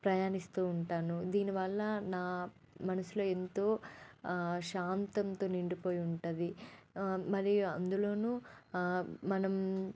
ప్రయాణిస్తూ ఉంటాను దీనివల్ల నా మనసులో ఎంతో శాంతంతో నిండిపోయి ఉంటుంది మరియు అందులోనూ మనం